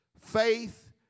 faith